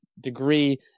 degree